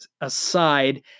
aside